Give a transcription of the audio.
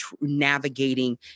navigating